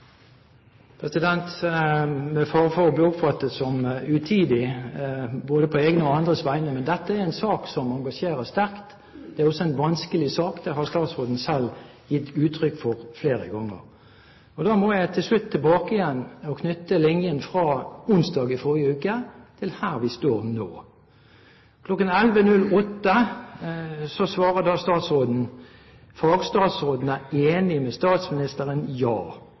andres vegne: Dette er en sak som engasjerer sterkt. Det er også en vanskelig sak, det har statsråden selv gitt uttrykk for flere ganger. Da må jeg til slutt gå tilbake og knytte linjen fra onsdag i forrige ute til her vi står nå. Klokken 11.09 svarer statsråden: «Fagstatsråden er enig med statsministeren. Ja.»